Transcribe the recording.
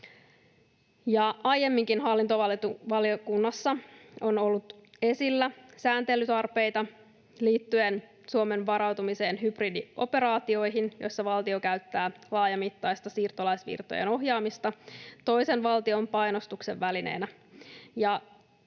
Aiemminkin hallintovaliokunnassa on ollut esillä sääntelytarpeita liittyen Suomen varautumiseen hybridioperaatioihin, joissa valtio käyttää laajamittaista siirtolaisvirtojen ohjaamista toisen valtion painostuksen välineenä.